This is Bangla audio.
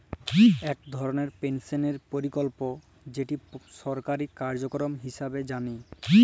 ইক ধরলের পেলশলের পরকল্প যেট সরকারি কার্যক্রম হিঁসাবে জালি